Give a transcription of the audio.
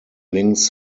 links